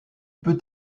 peut